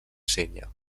sénia